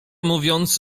mówiąc